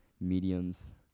mediums